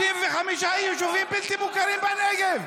35 יישובים בלתי מוכרים בנגב.